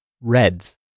Reds